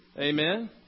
Amen